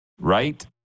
Right